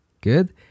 good